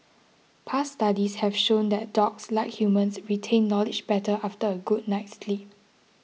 past studies have shown that dogs like humans retain knowledge better after a good night's sleep